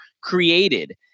created